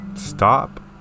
stop